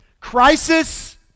Crisis